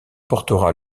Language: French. portera